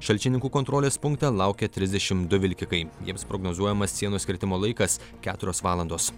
šalčininkų kontrolės punkte laukia trisdešimt du vilkikai jiems prognozuojamas sienos kirtimo laikas keturios valandos